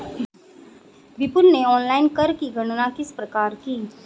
विपुल ने ऑनलाइन कर की गणना किस प्रकार की?